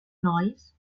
nois